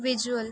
visual